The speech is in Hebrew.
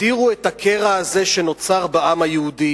הגדירו את הקרע הזה שנוצר בעם היהודי